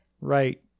Right